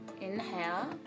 Inhale